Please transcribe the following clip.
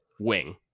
wing